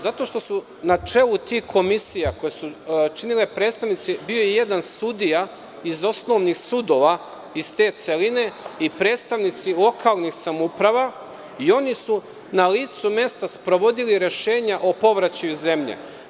Zato što su na čelu tih komisija koje su činili predstavnici, bio je jedan sudija iz osnovnih sudova iz te celine i predstavnici lokalnih samouprava i oni su na licu mesta sprovodili rešenja o povraćaju zemlje.